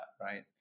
right